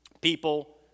people